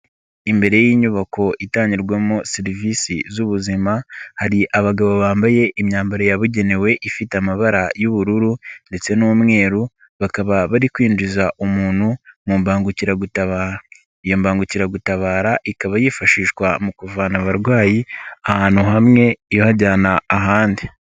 Imbere y'inyubako itangirwamo serivisi z'ubuzima, hari abagabo bambaye imyambaro yabugenewe, ifite amabara y'ubururu ndetse n'umweru, bakaba bari kwinjiza umuntu mu mbangukiragutabara, iyo mbangukiragutabara ikaba yifashishwa mu kuvana abarwayi, ahantu hamwe ibajyana ahandi.